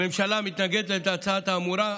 הממשלה מתנגדת להצעה האמורה,